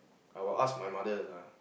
I'll ask my mother